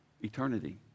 Eternity